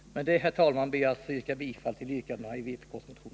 Med det, herr talman, ber jag att få yrka bifall till yrkandena i vpk:s motion.